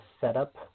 setup